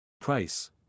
Price